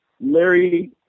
Larry